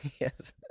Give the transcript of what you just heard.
yes